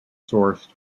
sourced